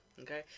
okay